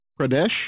pradesh